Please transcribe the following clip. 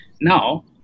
Now